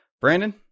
Brandon